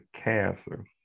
cancer